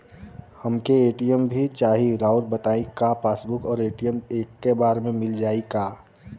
हमके ए.टी.एम भी चाही राउर बताई का पासबुक और ए.टी.एम एके बार में मील जाई का?